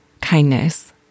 kindness